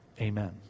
Amen